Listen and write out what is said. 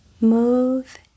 move